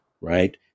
right